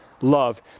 love